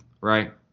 Right